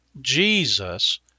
Jesus